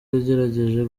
yagerageje